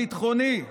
הביטחוני.